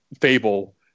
fable